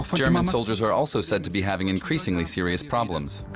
um german soldiers are also said to be having increasingly serious problems.